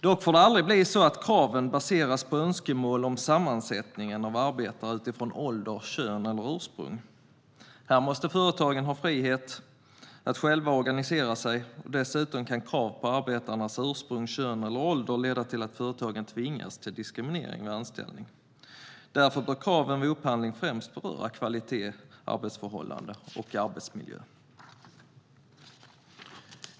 Dock får det aldrig bli så att kraven baseras på önskemål om sammansättningen av arbetare utifrån ålder, kön eller ursprung. Här måste företagen ha frihet att själva organisera sig. Dessutom kan krav på arbetarnas ursprung, kön eller ålder leda till att företagen tvingas till diskriminering vid anställning. Därför bör kraven vid upphandling främst beröra kvalitet, arbetsförhållanden och arbetsmiljö.